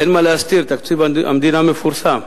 אין מה להסתיר, תקציב המדינה מפורסם.